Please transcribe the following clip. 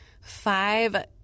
five